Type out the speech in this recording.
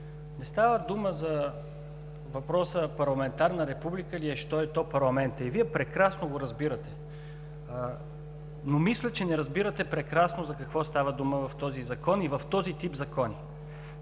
не става дума за въпроса: парламентарна република ли е, или що е то парламентът. Вие прекрасно го разбирате, но мисля, че не разбирате прекрасно за какво става дума в този Закон и в този тип закони.